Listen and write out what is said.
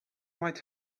might